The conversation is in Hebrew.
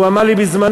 והוא אמר לי בזמנו,